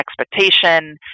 expectation